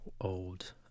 old